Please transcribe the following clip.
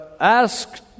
asked